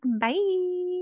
Bye